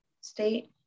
state